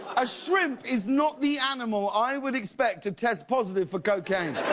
a shrimp is not the animal i would expect to test positive for cocaine.